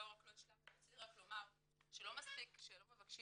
רציתי רק לומר שלא מספיק שלא מבקשים